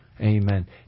Amen